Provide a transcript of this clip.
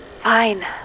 Fine